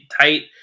tight